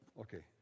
Okay